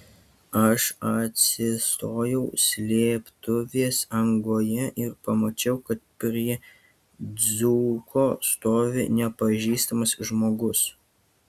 aš atsistojau slėptuvės angoje ir pamačiau kad prie dzūko stovi nepažįstamas žmogus